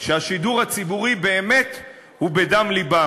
שהשידור הציבורי באמת הוא בדם לבם,